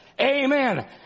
Amen